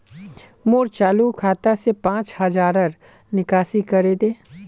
मोर चालु खाता से पांच हज़ारर निकासी करे दे